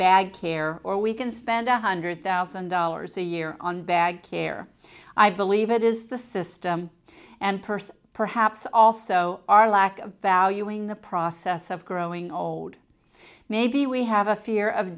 bag care or we can spend a hundred thousand dollars a year on bag care i believe it is the system and purse perhaps also our lack of value in the process of growing old maybe we have a fear of